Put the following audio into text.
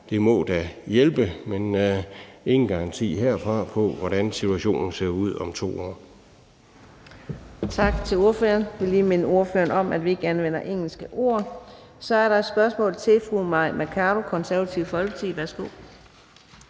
Det må da hjælpe. Men der er ingen garanti herfra for, hvordan situationen ser ud om 2 år. Kl. 14:42 Fjerde næstformand (Karina Adsbøl): Tak til ordføreren. Jeg vil lige minde ordføreren om, at vi ikke anvender engelske ord. Så er der et spørgsmål til fru Mai Mercado, Det Konservative Folkeparti. Værsgo.